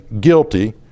guilty